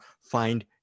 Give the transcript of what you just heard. Find